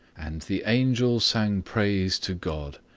and the angel sang praise to god,